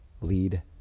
lead